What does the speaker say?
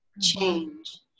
change